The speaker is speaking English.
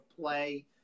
play